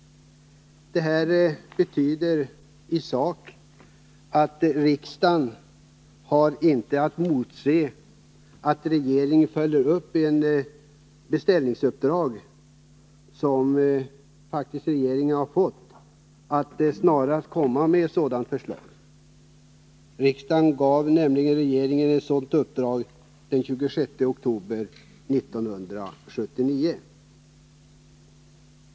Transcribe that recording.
Det betyder i sak att riksdagen inte har att emotse att regeringen följer upp det beställningsuppdrag som regeringen faktiskt har fått — att snarast komma med ett sådant förslag. Riksdagen gav nämligen regeringen ett sådant uppdrag den 26 oktober 1979.